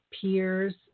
peers